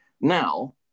Now